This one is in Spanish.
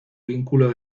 vínculo